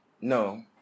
No